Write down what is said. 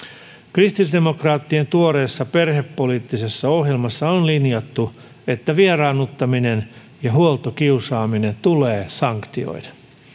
kristillisdemokraattien tuoreessa perhepoliittisessa ohjelmassa on linjattu että vieraannuttaminen ja huoltokiusaaminen tulee sanktioida